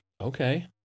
Okay